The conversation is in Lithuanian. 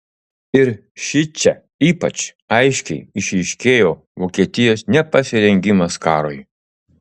ir šičia ypač aiškiai išryškėjo vokietijos nepasirengimas karui